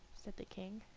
said the king.